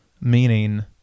meaning